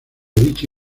dicha